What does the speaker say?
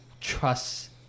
trust